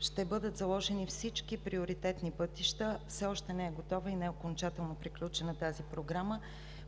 ще бъдат заложени всички приоритетни пътища. Все още не е готова и не е окончателно приключена тази програма.